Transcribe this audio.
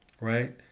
right